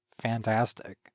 fantastic